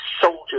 soldiers